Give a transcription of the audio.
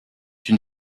une